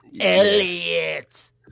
Elliot